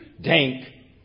Dank